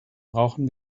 brauchen